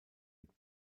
mit